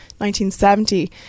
1970